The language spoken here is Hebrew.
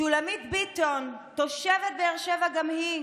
שולמית ביטון, תושבת באר שבע גם היא,